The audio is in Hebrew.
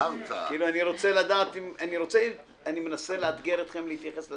אבל אני מנסה לאתגר אתכם להתייחס לסעיף.